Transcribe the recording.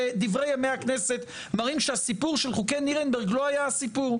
דברי ימי הכנסת מראים שהסיפור של חוקי נירנברג לא היה הסיפור.